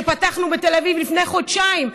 שפתחנו בתל אביב לפני חודשיים,